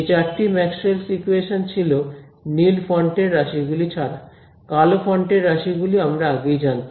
এই চারটি Maxwell's equations Maxwell's equations ছিল নীল ফন্টের রাশি গুলি ছাড়া কালো ফন্টের রাশি গুলি আমরা আগেই জানতাম